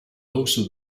also